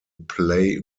play